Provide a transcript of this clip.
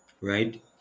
right